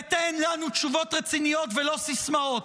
ותן לנו תשובות רציניות ולא סיסמאות.